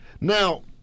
Now